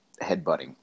headbutting